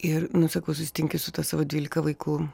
ir nu sakau susitinki su tuo savo dvylika vaikų